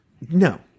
No